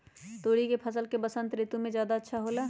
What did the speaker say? तोरी के फसल का बसंत ऋतु में ज्यादा होला?